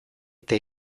eta